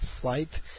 flight